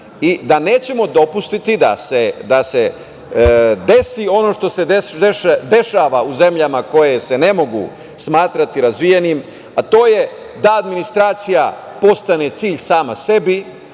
i da nećemo dopustiti da se desi ono što se dešava u zemljama koje se ne mogu smatrati razvijenim, a to je da administracija postane cilj sama sebi,